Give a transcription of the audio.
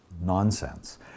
nonsense